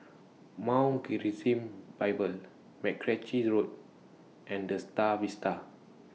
Mount Gerizim Bible Mackenzie Road and The STAR Vista